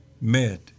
met